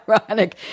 ironic